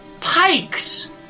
pikes